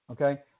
Okay